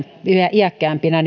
iäkkäämpinä